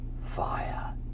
fire